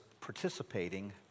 participating